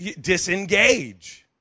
disengage